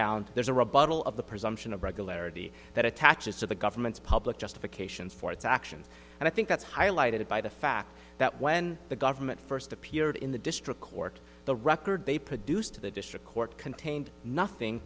found there's a rebuttal of the presumption of regularity that attaches to the government's public justifications for its actions and i think that's highlighted by the fact that when the government first appeared in the district court the record they produced to the district court contained nothing